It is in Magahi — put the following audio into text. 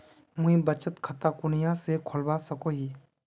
मुई बचत खता कुनियाँ से खोलवा सको ही?